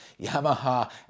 Yamaha